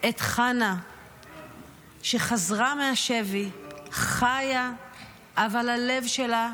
את חנה שחזרה מהשבי חיה אבל הלב שלה,